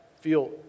feel